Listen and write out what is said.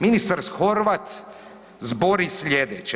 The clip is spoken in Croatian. Ministar Horvat zbori sljedeće.